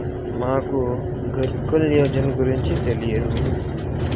మాకు గురుకులయోజన గురించి తెలియదు